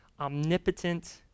omnipotent